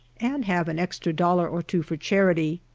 and have an extra dollar or two for charity.